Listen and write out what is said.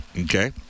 okay